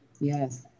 Yes